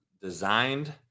designed